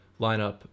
lineup